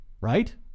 right